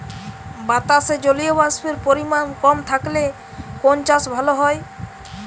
বাতাসে জলীয়বাষ্পের পরিমাণ কম থাকলে কোন চাষ ভালো হয়?